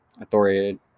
authority